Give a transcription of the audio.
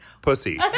Pussy